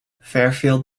fairfield